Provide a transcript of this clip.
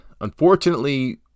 unfortunately